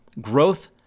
growth